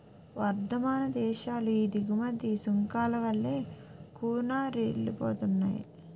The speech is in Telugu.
వర్థమాన దేశాలు ఈ దిగుమతి సుంకాల వల్లే కూనారిల్లిపోతున్నాయి